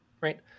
right